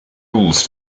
rules